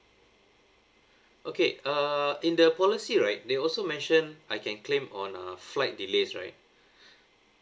okay uh in the policy right they also mentioned I can claim on uh flight delays right